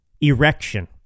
erection